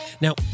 Now